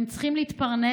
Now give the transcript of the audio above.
והאזרחים צריכים להתפרנס